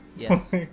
Yes